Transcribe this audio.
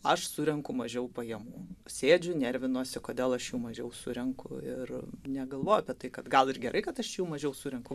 aš surenku mažiau pajamų sėdžiu nervinuosi kodėl aš jų mažiau surenku ir negalvoju apie tai kad gal ir gerai kad aš čia jų mažiau surenku